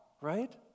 right